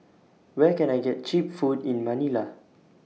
Where Can I get Cheap Food in Manila